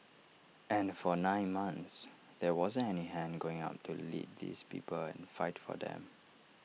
and for nine months there wasn't any hand going up to lead these people and fight for them